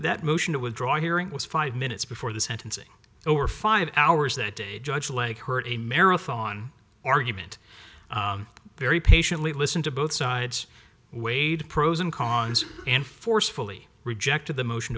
that motion to withdraw hearing was five minutes before the sentencing over five hours that day judge leg heard a marathon argument very patiently listened to both sides weighed pros and cons and forcefully rejected the motion